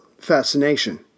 fascination